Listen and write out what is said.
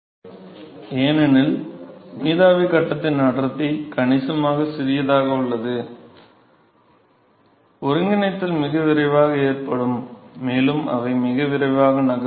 எனவே வெப்பம் முதன்மையாக நீராவி மூலம் கொண்டு செல்லப்படுகிறது ஏனெனில் நீராவி கட்டத்தின் அடர்த்தி கணிசமாக சிறியதாக உள்ளது எனவே ஒருங்கிணைத்தல் மிக விரைவாக ஏற்படும் மேலும் அவை மிக விரைவாக நகரும்